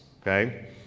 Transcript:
okay